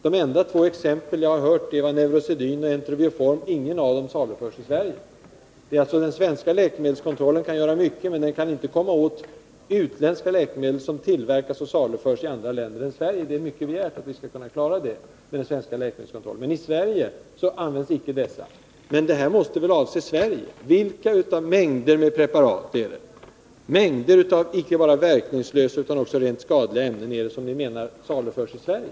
De enda två exempel jag har hört var Neurosedyn och Enterovioform — och inget av dem saluförs i Sverige. Den svenska läkemedelskontrollen kan göra mycket, men den kan inte komma åt utländska läkemedel som tillverkas och saluförs i andra länder än Sverige. Det är för mycket begärt. Men i Sverige används inte dessa läkemedel. — Men ert uttalande måste väl avse Sverige? Vad är det för inte bara verkningslösa utan också rent skadliga ämnen som i mängder saluförs i Sverige?